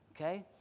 Okay